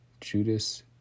Judas